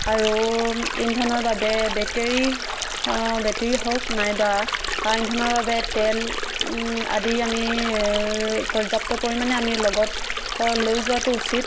আৰু ইন্ধনৰ বাবে বেটেৰী বেটেৰী হওক নাইবা ইন্ধনৰ বাবে তেল আদি আমি পৰ্যাপ্ত পৰিমাণে আমি লগত লৈ যোৱাটো উচিত